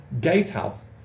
gatehouse